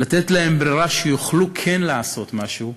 לתת להם ברירה שיוכלו כן לעשות משהו,